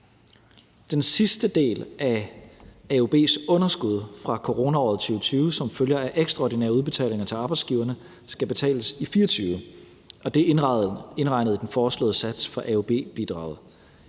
Den sidste del af AUB's underskud fra coronaåret 2020 som følge af ekstraordinære udbetalinger til arbejdsgiverne skal betales i 2024, og det er indregnet i den foreslåede sats for AUB-bidraget.